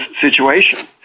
situation